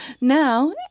Now